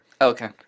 okay